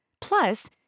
Plus